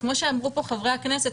כמו שאמרו פה חברי הכנסת,